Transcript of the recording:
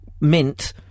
mint